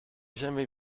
jamais